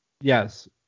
Yes